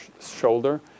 shoulder